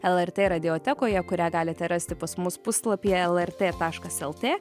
lrt radiotekoje kurią galite rasti pas mus puslapyje lrt taškas lt